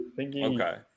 Okay